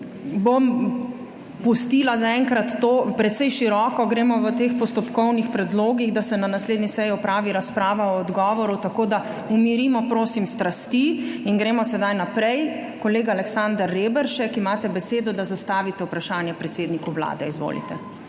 bom pustila zaenkrat to. Precej široko gremo v teh postopkovnih predlogih, da se na naslednji seji opravi razprava o odgovoru, tako da umirimo, prosim, strasti in gremo sedaj naprej. Kolega Aleksander Reberšek, imate besedo, da zastavite vprašanje predsedniku Vlade. Izvolite.